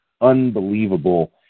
unbelievable